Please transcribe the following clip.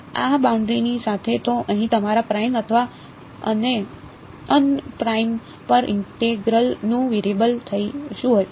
આ બાઉન્ડરી ની સાથે તો અહીં તમારા પ્રાઇમ અથવા અન પ્રાઇમ પર ઇન્ટેગ્રલ નું વેરિયેબલ શું છે